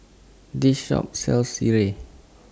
This Shop sells Sireh